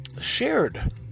shared